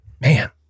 man